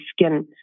skin